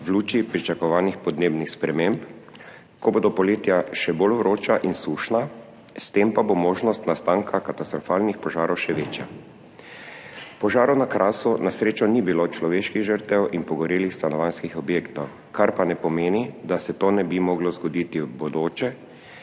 v luči pričakovanih podnebnih sprememb, ko bodo poletja še bolj vroča in sušna, s tem pa bo možnost nastanka katastrofalnih požarov še večja. V požaru na Krasu na srečo ni bilo človeških žrtev in pogorelih stanovanjskih objektov, kar pa ne pomeni, da se to ne bi moglo zgoditi v bodoče.